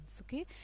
okay